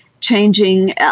changing